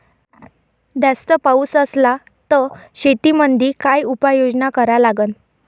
जास्त पाऊस असला त शेतीमंदी काय उपाययोजना करा लागन?